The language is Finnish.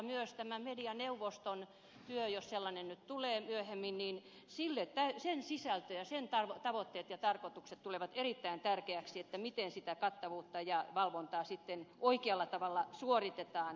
myös tämän medianeuvoston työ jos sellainen nyt tulee myöhemmin sen sisältö tavoitteet ja tarkoitukset tulevat erittäin tärkeäksi miten sitä kattavuutta ja valvontaa sitten oikealla tavalla suoritetaan